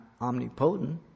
omnipotent